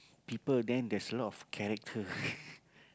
people then there's a lot of character